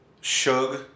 Shug